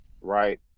right